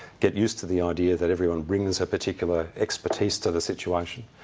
get used to the idea that everyone brings a particular expertise to the situation,